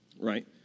right